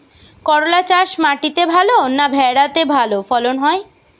করলা চাষ মাটিতে ভালো না ভেরাতে ভালো ফলন হয়?